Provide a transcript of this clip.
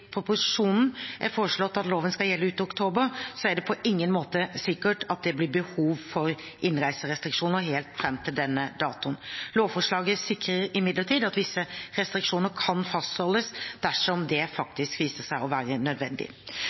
proposisjonen er foreslått at loven skal gjelde ut oktober, er det på ingen måte sikkert at det blir behov for innreiserestriksjoner helt fram til denne datoen. Lovforslaget sikrer imidlertid at visse restriksjoner kan fastholdes dersom det faktisk viser seg å være nødvendig.